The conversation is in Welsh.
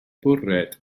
bwriad